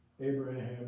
Abraham